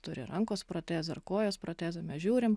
turi rankos protezą ar kojos protezą mes žiūrim